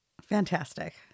fantastic